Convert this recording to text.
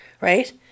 right